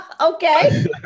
Okay